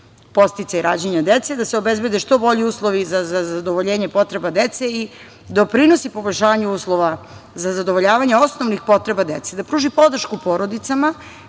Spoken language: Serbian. podsticaj rađanja dece, da se obezbede što bolji uslovi za zadovoljenje potreba dece i doprinosi poboljšanju uslova za zadovoljavanje osnovnih potreba dece, da pruži podršku porodicama